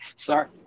Sorry